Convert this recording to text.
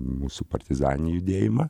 mūsų partizaninį judėjimą